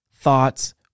thoughts